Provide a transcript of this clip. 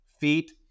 feet